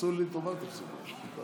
תעשו לי טובה, תפסיקו עם זה.